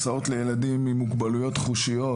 הסעות לילדים עם מוגבלויות חושיות,